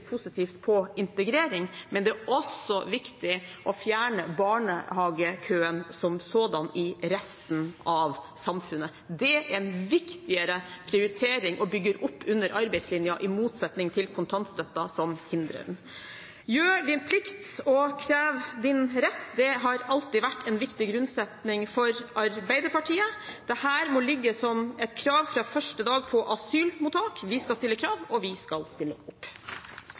positivt på integrering, men det er også viktig å fjerne barnehagekøen som sådan i resten av samfunnet. Det er en viktigere prioritering, og det bygger opp under arbeidslinjen, i motsetning til kontantstøtten, som hindrer den. Gjør din plikt, og krev din rett, det har alltid vært en viktig grunnsetning for Arbeiderpartiet. Dette må ligge som et krav fra første dag på asylmottak. Vi skal stille krav, og vi skal stille opp.